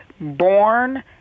born